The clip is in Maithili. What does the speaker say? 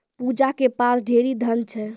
पूजा के पास ढेरी धन छै